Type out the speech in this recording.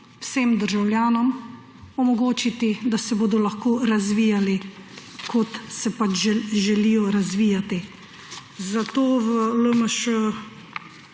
vsem državljanom omogočiti, da se bodo lahko razvijali, kot se pač želijo razvijati. Zato v LMŠ